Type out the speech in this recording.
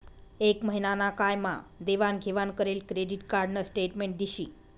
एक महिना ना काय मा देवाण घेवाण करेल क्रेडिट कार्ड न स्टेटमेंट दिशी